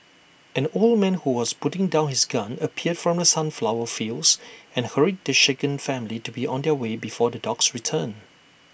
an old man who was putting down his gun appeared from the sunflower fields and hurried the shaken family to be on their way before the dogs return